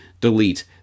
delete